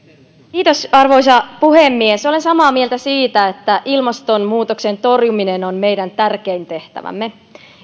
arvoisa puhemies olen samaa mieltä siitä että ilmastonmuutoksen torjuminen on meidän tärkein tehtävämme